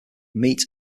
meat